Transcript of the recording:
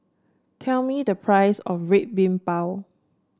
tell me the price of Red Bean Bao